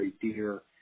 dear